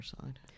side